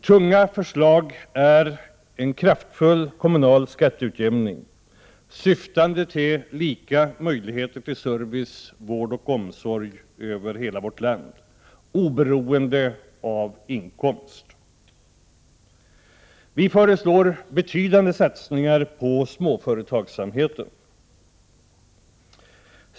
Tunga förslag är en kraftfull kommunal skatteutjämning syftande till lika möjligheter till service, vård och omsorg över hela vårt land, oberoende av inkomst. Vi föreslår betydande satsningar på småföretagsamheten.